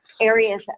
areas